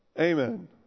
Amen